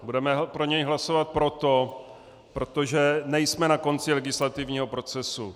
Budeme pro něj hlasovat proto, protože nejsme na konci legislativního procesu.